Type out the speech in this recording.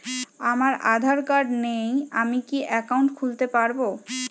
আমার আধার কার্ড নেই আমি কি একাউন্ট খুলতে পারব?